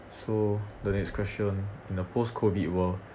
so the next question in a post COVID world